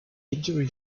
injury